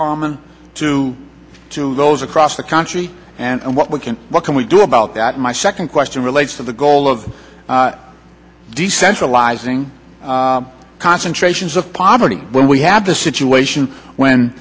common to to those across the country and what we can what can we do about that my second question relates to the goal of decentralizing concentrations of poverty when we have the situation when